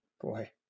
Boy